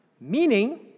Meaning